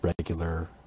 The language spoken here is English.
regular